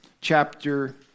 Chapter